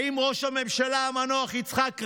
האם ראש הממשלה המנוח יצחק רבין,